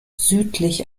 südlich